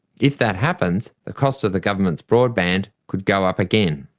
if that happens, the cost of the government's broadband could go up again.